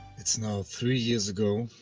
it's now three years ago,